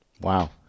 wow